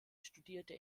studierte